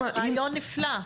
רעיון נפלא.